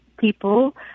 people